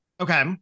Okay